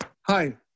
Hi